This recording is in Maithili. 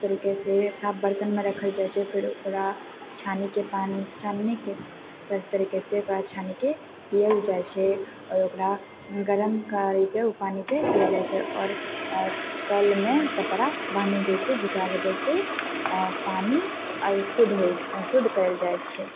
तरीके से साफ बर्तनमे रखल जाइ छै फेर ओकरा छानिके तरीके से ओकरा छानिके पियल जाइ छै आओर ओकरा गरम करिकऽ ओ पानिके पियल जाइ छै और कलमे कपड़ा बान्हि दै छै जेकरा वजह से पानी शुद्ध करल जाइ छै